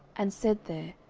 and said there,